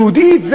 יהודית?